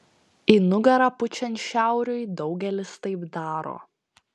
į nugarą pučiant šiauriui daugelis taip daro